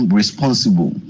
responsible